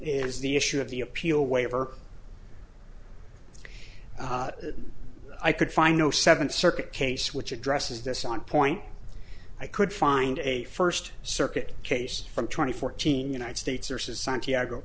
is the issue of the appeal waiver i could find no seventh circuit case which addresses this on point i could find a first circuit case from twenty fourteen united states or says santiago